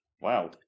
Wow